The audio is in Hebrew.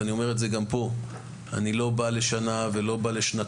ואני אומר את זה גם פה אני לא בא לשנה ולא בא לשנתיים,